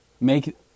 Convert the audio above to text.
make